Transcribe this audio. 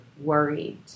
worried